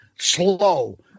Slow